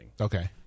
Okay